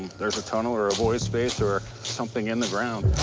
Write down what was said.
there's a tunnel or a void space or something in the ground.